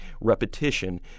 repetition